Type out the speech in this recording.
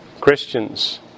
Christians